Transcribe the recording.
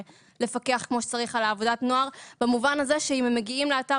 לפקח כמו שצריך על עבודת נוער במובן הזה שאם הם מגיעים לאתר